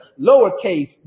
lowercase